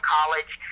College